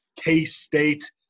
K-State